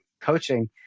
coaching